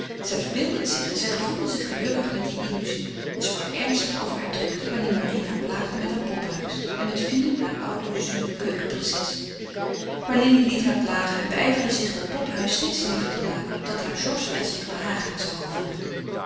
zij verbeeldde het zich en zij gevoelde zich gelukkig met die illuzie en sprak ernstig over haar drukte wanneer marie haar plaagde met haar poppenhuis en met fine hare oude zure keukenprinses maar lili liet haar plagen en beijverde zich dat poppenhuis steeds liever te maken opdat haar georges er zich behagelijk zou gevoelen